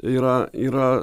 yra yra